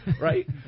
right